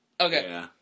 Okay